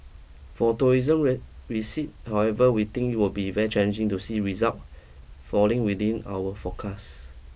for tourism receipt however we think it would be very challenging to see result falling within our forecast